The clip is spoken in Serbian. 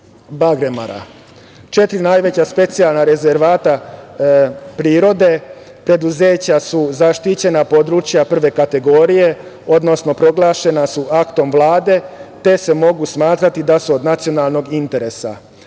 Bagremara. Četiri najveća specijalna rezervata prirode, preduzeća su zaštićena područja prve kategorije, odnosno proglašena su aktom Vlade, te se mogu smatrati da su od nacionalnog interesa. Ova